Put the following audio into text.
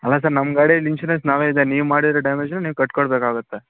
ಅಲ್ಲ ಸರ್ ನಮ್ಮ ಗಾಡಿದು ಇನ್ಶುರೆನ್ಸ್ ನಾವೇ ಇದೆ ನೀವು ಮಾಡಿರೋ ಡ್ಯಾಮೇಜನ್ನ ನೀವು ಕಟ್ಟಿಕೊಡ್ಬೇಕಾಗುತ್ತೆ